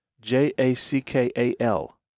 J-A-C-K-A-L